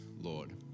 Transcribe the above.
Lord